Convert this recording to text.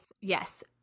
Yes